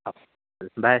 हो चल बाय